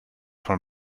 von